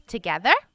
Together